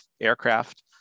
aircraft